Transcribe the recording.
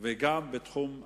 וגם בתחום השלום.